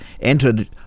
entered